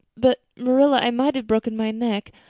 but, marilla, i might have broken my neck.